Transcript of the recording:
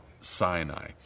Sinai